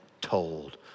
told